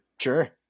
Sure